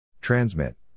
Transmit